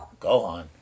Gohan